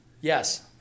Yes